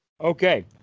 Okay